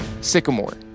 Sycamore